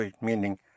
meaning